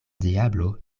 diablo